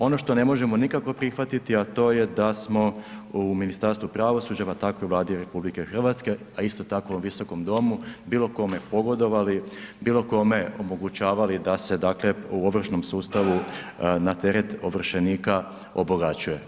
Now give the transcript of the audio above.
Ono što ne možemo nikako prihvatiti a to je da smo u Ministarstvu pravosuđa pa tako i u Vladi RH a isto tako i u ovom Visokom domu, bilo kome pogodovali, bilo kome omogućavali da se dakle u ovršnom sustavu na teret ovršenika obogaćuje.